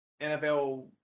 NFL